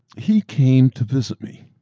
he came to visit me.